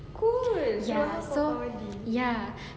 ya so ya